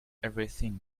everything